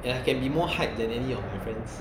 and I can be more hyped than any of my friends